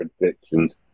predictions